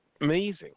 Amazing